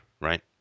right